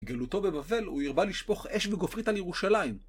גלותו בבבל, הוא הרבה לשפוך אש וגופרית על ירושלים.